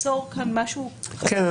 ליצור כאן משהו --- כן,